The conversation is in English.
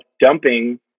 dumping